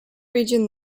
region